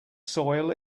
soil